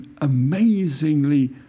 amazingly